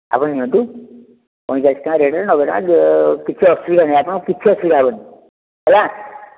ଆପଣ ନିଅନ୍ତୁ ପଇଁଚାଳିଶ ଟଙ୍କା ରେଟ୍ରେ ନବେ ଟଙ୍କା କିଛି ଅସୁବିଧା ନାହିଁ ଆପଣ କିଛି ଅସୁବିଧା ହେବନି ହେଲା